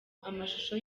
amashusho